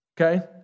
okay